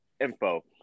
info